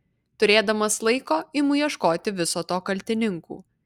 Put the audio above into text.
turėdamas laiko imu ieškoti viso to kaltininkų